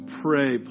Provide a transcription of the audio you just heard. pray